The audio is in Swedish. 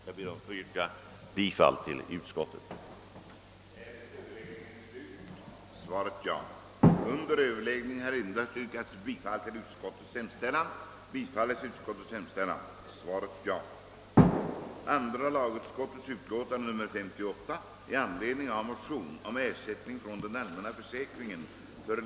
Jag ber att få yrka bifall till utskottets hemställan.